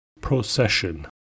Procession